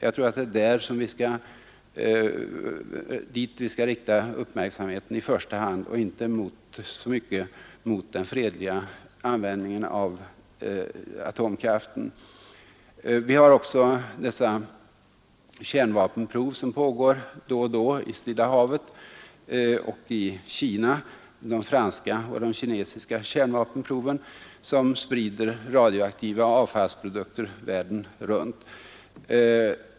Jag tror att det är på detta vi i första hand skall rikta uppmärksamheten och inte fullt så mycket på den fredliga användningen av atomkraften. Vi har vidare de kärnvapenprov i atmosfären som då och då görs i Stilla havet och i Kina, de franska och de kinesiska kärnvapenproven, som sprider radioaktiva avfallsprodukter världen runt.